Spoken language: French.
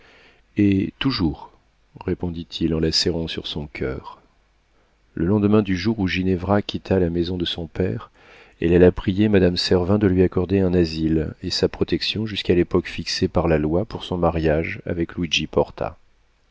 et toujours répondit-il en la serrant sur son coeur le lendemain du jour où ginevra quitta la maison de son père elle alla prier madame servin de lui accorder un asile et sa protection jusqu'à l'époque fixée par la loi pour son mariage avec luigi